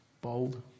bold